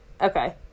Okay